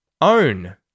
Own